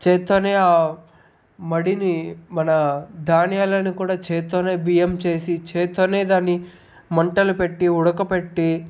చేత్తోనే మడిని మన ధాన్యాలను కూడా చేత్తోనే బియ్యం చేసి చేత్తోనే దాన్ని మంటలు పెట్టి ఉడకపెట్టి